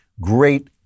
great